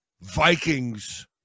Vikings